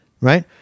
right